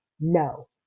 no